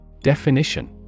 Definition